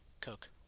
cook